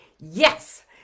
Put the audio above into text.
Yes